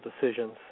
decisions